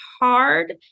hard